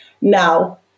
Now